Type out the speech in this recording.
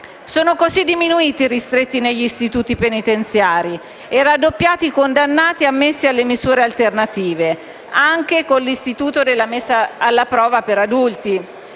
Sono cosi diminuiti i ristretti negli istituti penitenziari e raddoppiati i condannati ammessi alle misure alternative, anche con l'istituto della messa alla prova per adulti.